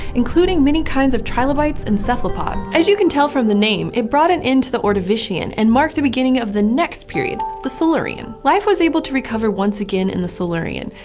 including many kinds of trilobites and cephalopods. as you can tell from the name, it brought an end to the ordovician, and marked the beginning of the next period, the silurian life was able to recover once again in the silurian,